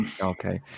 Okay